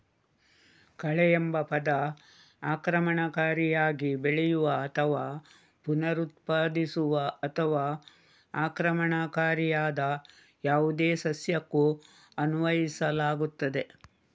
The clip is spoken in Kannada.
ಕಳೆಎಂಬ ಪದ ಆಕ್ರಮಣಕಾರಿಯಾಗಿ ಬೆಳೆಯುವ ಅಥವಾ ಪುನರುತ್ಪಾದಿಸುವ ಅಥವಾ ಆಕ್ರಮಣಕಾರಿಯಾದ ಯಾವುದೇ ಸಸ್ಯಕ್ಕೂ ಅನ್ವಯಿಸಲಾಗುತ್ತದೆ